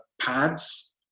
pads